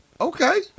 Okay